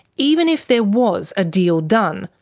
even if there was a deal done,